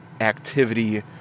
activity